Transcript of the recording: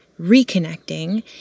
reconnecting